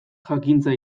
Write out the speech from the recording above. jakintza